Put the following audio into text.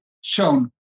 shown